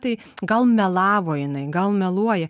tai gal melavo jinai gal meluoja